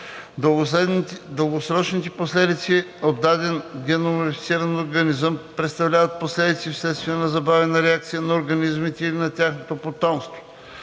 Дългосрочните последици от даден ГМО представляват последици вследствие на забавена реакция на организмите или на тяхното потомство